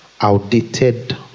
outdated